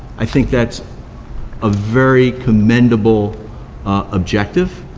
i think that's a very commendable objective,